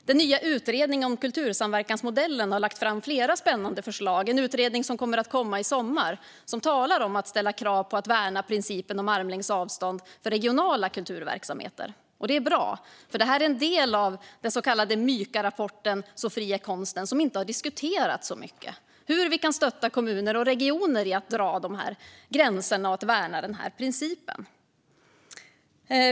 Den nya utredningen om kultursamverkansmodellen har lagt fram flera spännande förslag. Det är en utredning som kommer att komma i sommar, som talar om att ställa krav på att man ska värna principen om armlängds avstånd när det gäller regionala kulturverksamheter. Det är bra. Det är nämligen en del av den så kallade Mykarapporten Så fri är konsten som inte har diskuterats så mycket. Hur kan vi stötta kommuner och regioner i fråga om att dra dessa gränser och värna denna princip?